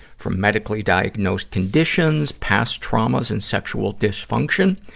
from medically-diagnosed conditions, past traumas and sexual dysfunction,